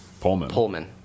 Pullman